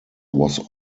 was